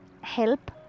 help